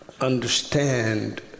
understand